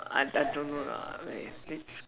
I I don't know lah I this